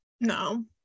No